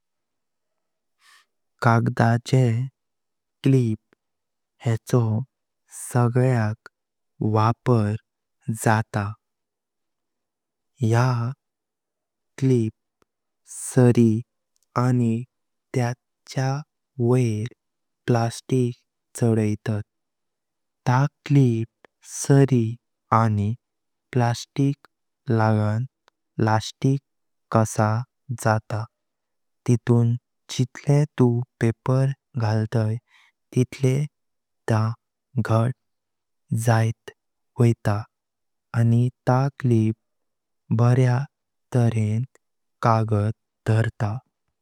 कागदाचे क्लिप हेचो सगळ्याक वापर जाता। ह्या क्लिप सारी आनी तेचा वोर प्लास्टिक चडायतात, ता क्लिप सारी आनी प्लास्टिक लागनं लास्टिक कसा जाता तितुन जितले तू पेपर घालताय तितले थे घट जयत वायतात आनी ताह क्लिप पर्या तरेन कागत दरत।